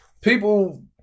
people